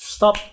Stop